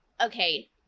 Okay